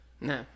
No